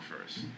first